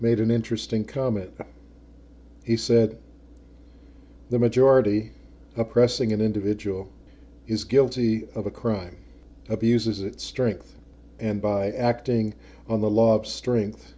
made an interesting comment he said the majority oppressing an individual is guilty of a crime abuses its strength and by acting on the law strength